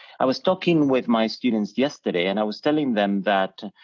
i was talking with my students yesterday and i was telling them that,